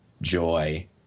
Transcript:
joy